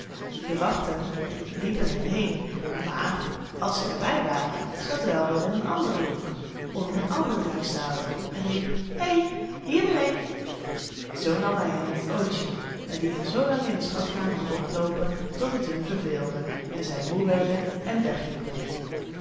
de wachten liepen er heên maar als ze er bij waren zat hij al weêr in een anderen hoek onder een andere rijksdaalder en riep hé hier ben ik zoo nam hij hen in t ooitje en liet hen zlang in de schatkamer rondloopen tot het hun verveelde en zij moe werden en